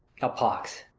a pox,